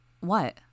What